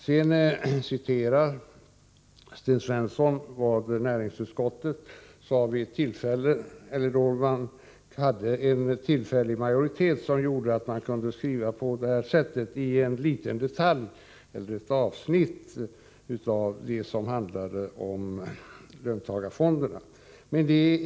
Sten Svensson citerade vad näringsutskottet sade då utskottet tillfälligt hade en majoritet som gjorde att man kunde skriva på det sättet i ett avsnitt av det betänkande som handlade om löntagarfonderna.